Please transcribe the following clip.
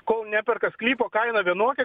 kol neperka sklypo kaina vienokia